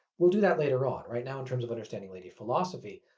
we'll do that later on. right now, in terms of understanding lady philosophy,